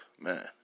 man